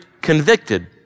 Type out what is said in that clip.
convicted